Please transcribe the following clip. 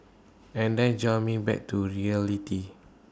and that jolted me back to reality